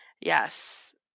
yes